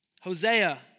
Hosea